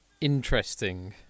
Interesting